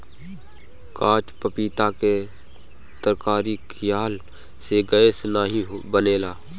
काच पपीता के तरकारी खयिला से गैस नाइ बनेला